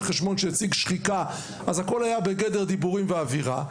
חשבון שהציג שחיקה אז הכל היה בגדר דיבורים ואווירה,